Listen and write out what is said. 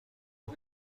بود